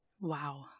Wow